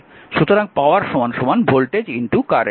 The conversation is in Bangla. সুতরাং পাওয়ার ভোল্টেজ কারেন্ট